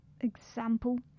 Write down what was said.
Example